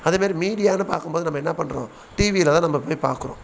அதே மாதிரி மீடியானு பார்க்கும் போது நம்ம என்ன பண்ணுறோம் டிவியில் தான் நம்ம போய் பார்க்கறோம்